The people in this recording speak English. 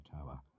tower